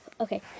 Okay